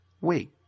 Wait